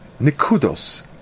nikudos